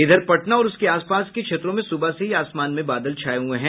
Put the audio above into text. इधर पटना और उसके आस पास के क्षेत्रों में सुबह से ही आसमान में बादल छाये हुये हैं